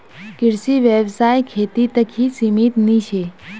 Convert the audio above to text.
कृषि व्यवसाय खेती तक ही सीमित नी छे